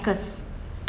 hackers